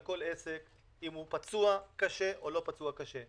כל עסק אם הוא פצוע קשה או לא פצוע קשה.